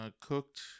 cooked